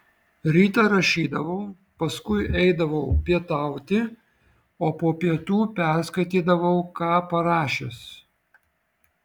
rytą rašydavau paskui eidavau pietauti o po pietų perskaitydavau ką parašęs